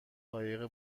قایق